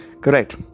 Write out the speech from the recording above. Correct